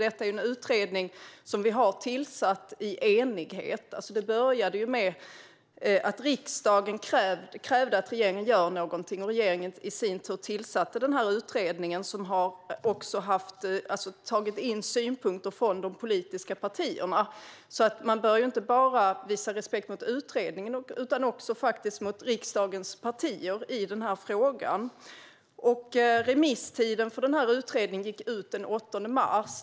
Det här är en utredning som vi har tillsatt i enighet. Det började med att riksdagen krävde att regeringen gör någonting, och regeringen tillsatte i sin tur den här utredningen, som också har tagit in synpunkter från de politiska partierna. Man bör alltså inte bara visa respekt för utredningen utan också för riksdagens partier i den här frågan. Remisstiden för utredningen gick ut den 8 mars.